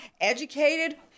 educated